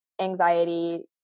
anxiety